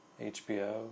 hbo